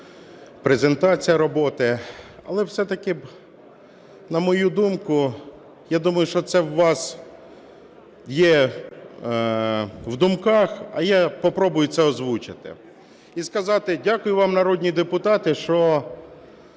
презентація роботи. Але все-таки, на мою думку, я думаю, що це у вас є в думках, а я попробую це озвучити і сказати: дякую вам, народні депутати, що